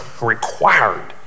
required